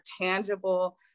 tangible